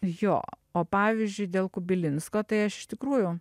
jo o pavyzdžiui dėl kubilinsko tai aš iš tikrųjų